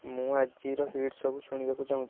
ମୁଁ ଆଜିର ହିଟ୍ ସବୁ ଶୁଣିବାକୁ ଚାହୁଁଛି